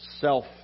self